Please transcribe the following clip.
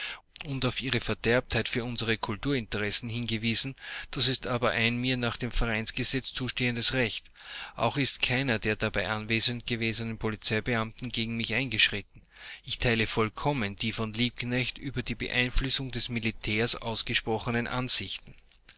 und auf ihre verderbtheit für unsere kulturinteressen hingewiesen das ist aber ein mir nach dem vereinsgesetze zustehendes recht auch ist keiner der dabei anwesend gewesenen polizeibeamten gegen mich eingeschritten ich teile vollkommen die von liebknecht über die beeinflussung des militärs ausgesprochenen ansichten